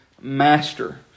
master